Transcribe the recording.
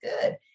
good